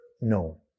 no